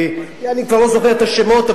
אני כבר לא זוכר את השמות,